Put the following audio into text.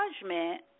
judgment